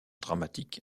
dramatique